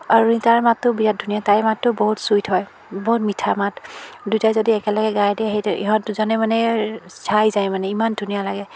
অৰুণিতাৰ মাতটো বিৰাট ধুনীয়া তাইৰ মাতটো বহুত চুইট হয় বহুত মিঠা মাত দুয়োটাই যদি একেলগে গাই দিয়ে সেইটোৱে ইহঁত দুজনে মানে চাই যায় মানে ইমান ধুনীয়া লাগে